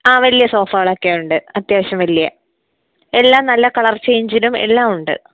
ആ വലിയ സോഫകളൊക്കെ ഉണ്ട് അത്യാവശ്യം വലിയ എല്ലാം നല്ല കളർ ചേഞ്ചിനും എല്ലാം ഉണ്ട്